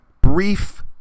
brief